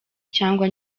cyangwa